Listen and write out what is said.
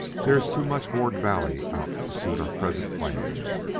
there is too much ward valley out to suit our present plans.